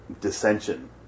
dissension